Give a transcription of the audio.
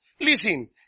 Listen